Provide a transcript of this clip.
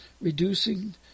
reducing